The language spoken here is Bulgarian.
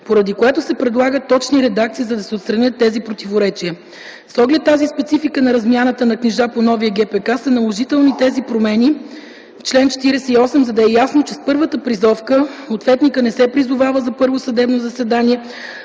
поради което се предлагат точни редакции, за да се отстранят тези противоречия. С оглед тази специфика на размяната на книжа по новия ГПК са наложителни тези промени в чл. 48, за да е ясно, че с първата призовка ответникът не се призовава за първо съдебно заседание,